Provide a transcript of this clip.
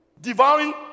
Devouring